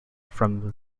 from